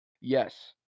Yes